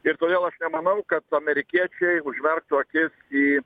ir todėl aš nemanau kad amerikiečiai užmerktų akis į